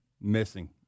Missing